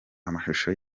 amashusho